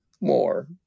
more